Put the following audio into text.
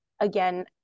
again